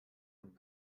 und